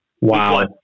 Wow